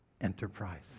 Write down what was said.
enterprise